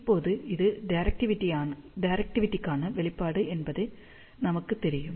இப்போது இது டிரெக்டிவிடிக்கான வெளிப்பாடு என்று நமக்குத் தெரியும்